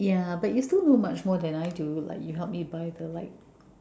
yeah but you still know much more than I do like you help me buy the light